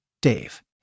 Dave